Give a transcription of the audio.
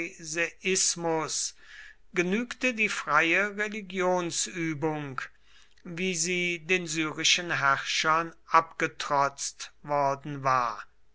pharisäismus genügte die freie religionsübung wie sie den syrischen herrschern abgetrotzt worden war